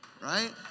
right